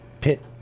pit